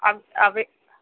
అ అవి